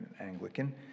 Anglican